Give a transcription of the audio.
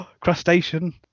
Crustacean